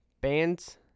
Bands